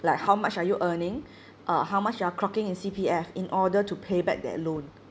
like how much are you earning uh how much you're clocking in C_P_F in order to pay back that loan